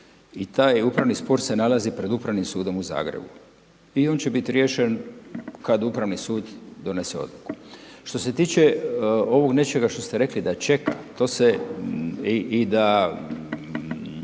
I taj upravni spor se nalazi pred Upravnim sudom u Zagrebu. I on će biti riješen kad upravni sud donese odluku. Što se tiče ovog nečega što ste rekli da čeka, to se i da